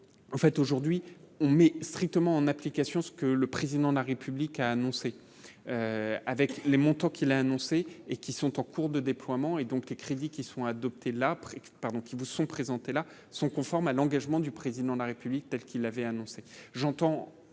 en fait aujourd'hui on met strictement en application ce que le président de la République a annoncé avec les montants qui l'a annoncé et qui sont en cours de déploiement et donc les crédits qui sont adoptés, la pré-pardon qui vous sont présentées là sont conformes à l'engagement du président de la République telle qu'il l'avait annoncé, j'entends